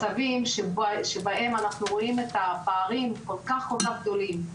למצבים שבהם אנחנו רואים את הפערים הכול כך גדולים,